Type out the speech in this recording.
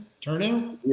turnout